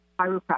chiropractor